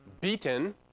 beaten